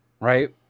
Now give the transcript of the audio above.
right